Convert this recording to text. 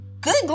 good